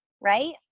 right